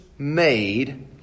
made